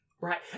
Right